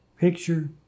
picture